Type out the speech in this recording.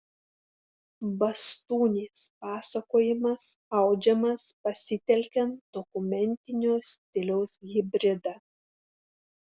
bastūnės pasakojimas audžiamas pasitelkiant dokumentinio stiliaus hibridą